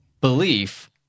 belief